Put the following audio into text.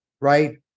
right